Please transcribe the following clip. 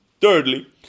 Thirdly